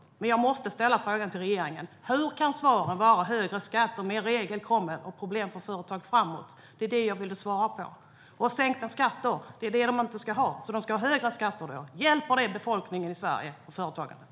Men jag måste ställa frågan till regeringen: Hur kan svaren vara högre skatt och mer regelkrångel och problem för företag framåt? Det är det jag vill att du svarar på, Mattias Jonsson. De ska inte ha sänkta skatter. De ska alltså ha högre skatter. Hjälper det befolkningen i Sverige och företagandet?